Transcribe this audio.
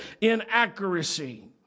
inaccuracy